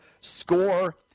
score